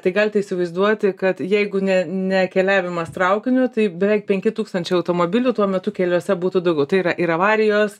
tai galite įsivaizduoti kad jeigu ne ne keliavimas traukiniu tai beveik penki tūkstančiai automobilių tuo metu keliuose būtų daugiau tai yra ir avarijos